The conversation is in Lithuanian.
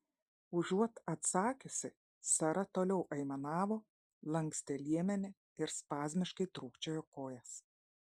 užuot atsakiusi sara toliau aimanavo lankstė liemenį ir spazmiškai trūkčiojo kojas